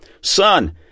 Son